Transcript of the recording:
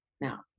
now